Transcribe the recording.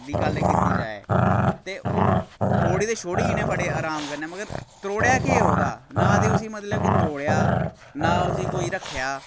दी गल्ल कीती जाए ते ओह् त्रोड़ी ते छोड़ी इ'नें बड़े अराम कन्नै मगर त्रोड़ेआ केह् ओह्दा ना ते उसी मतलब कि त्रोड़ेआ ना उसी कोई रक्खेआ